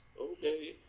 okay